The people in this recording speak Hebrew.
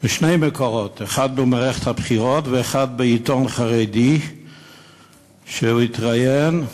משני מקורות: אחד במערכת הבחירות ואחד מעיתון חרדי שהוא התראיין בו.